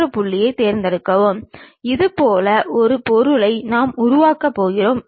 இந்த தளமே பக்கவாட்டு தளம் அல்லது ப்ரொபைல் தளம் என்றழைக்கப்படுகிறது